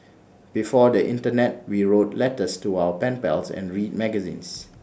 before the Internet we wrote letters to our pen pals and read magazines